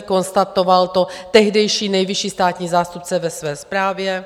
Konstatoval to tehdejší nejvyšší státní zástupce ve své zprávě.